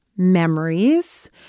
Memories